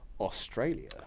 Australia